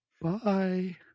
Bye